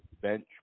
bench